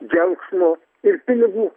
džiaugsmo ir pinigų